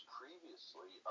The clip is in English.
previously